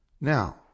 Now